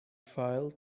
file